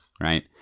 right